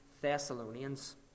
thessalonians